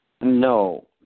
No